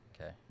Okay